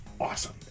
awesome